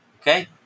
Okay